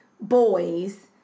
boys